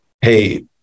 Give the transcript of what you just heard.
hey